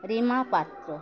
Rima Patra